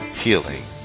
healing